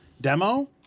demo